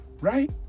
right